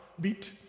beat